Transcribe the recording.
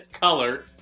color